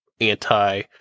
anti